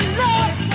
love